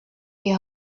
die